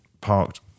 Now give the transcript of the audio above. parked